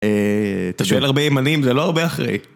אתה שואל הרבה ימנים, זה לא הרבה אחרי.